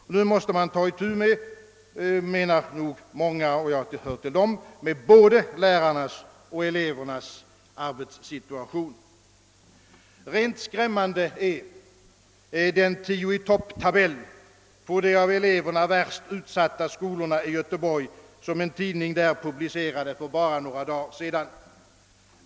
Många menar — och jag hör till dem — att nu måste man ta itu med både lärarnas och elevernas arbetssituation. Rent skrämmande är den >tio i topptabell» på de av eleverna värst utsatta skolorna i Göteborg, som en tidning där publicerade för bara några dagar sedan.